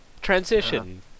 Transition